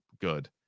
good